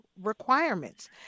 requirements